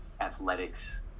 athletics